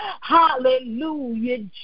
hallelujah